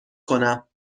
کنم